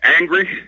angry